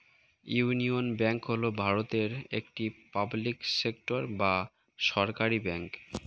union Bank হল ভারতের একটি পাবলিক সেক্টর বা সরকারি ব্যাঙ্ক